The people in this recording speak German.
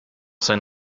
sein